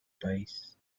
país